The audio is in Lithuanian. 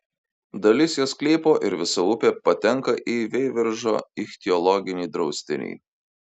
dalis jo sklypo ir visa upė patenka į veiviržo ichtiologinį draustinį